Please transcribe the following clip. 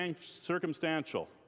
circumstantial